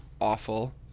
awful